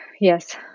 yes